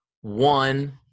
one